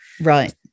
Right